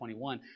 21